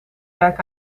werk